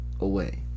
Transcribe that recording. Away